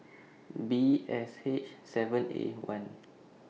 B S H seven A one